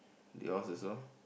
yours also